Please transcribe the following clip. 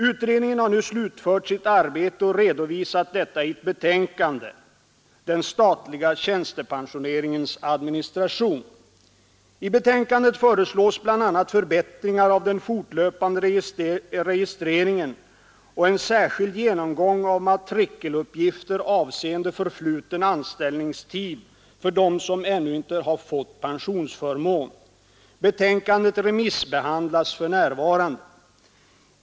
Utredningen har nu slutfört sitt arbete och redovisat detta i ett betänkande Den statliga tjänstepensioneringens administration. I betänkandet föreslås bl.a. förbättringar av den fortlöpande registreringen och en särskild genomgång av matrikeluppgifter avseende förfluten anställningstid för dem som ännu inte har fått pensionsförmån. Betänkandet remissbehandlas för närvarande.